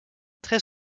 très